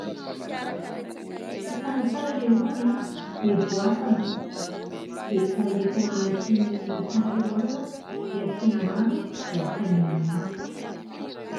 Sasana tsara ilay ovy an, dia voasana. Dia alefa ao anaty kaserolina dia asiana rano dia ataingina amin'ny afo.